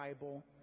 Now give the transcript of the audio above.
Bible